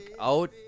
out